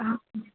हा